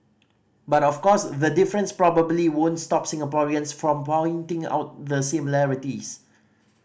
but of course the difference probably won't stop Singaporeans from pointing out the similarities